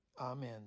Amen